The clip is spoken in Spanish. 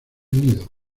nido